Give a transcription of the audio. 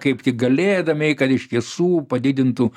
kaip tik galėdami kad iš tiesų padidintų